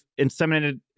inseminated